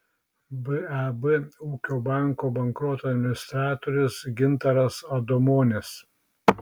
bab ūkio banko bankroto administratorius gintaras adomonis